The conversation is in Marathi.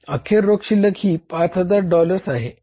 अखेर रोख शिल्लक ही 5000 डॉलर्स आहे